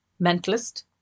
mentalist